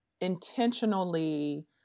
intentionally